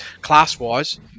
class-wise